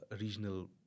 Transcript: regional